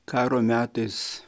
karo metais